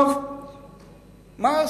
מה עשיתי?